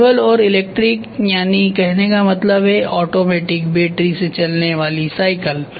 manual और electric यानि कहने का मतलब है ऑटोमैटिक बैटरी से चलने वाली साइकिल